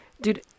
dude